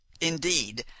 Indeed